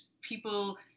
people